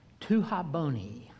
Tuhaboni